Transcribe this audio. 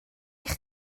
eich